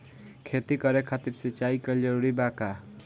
खेती करे खातिर सिंचाई कइल जरूरी बा का?